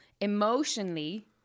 emotionally